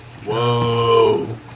Whoa